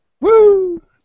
Woo